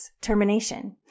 Termination